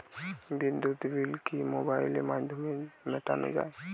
বিদ্যুৎ বিল কি মোবাইলের মাধ্যমে মেটানো য়ায়?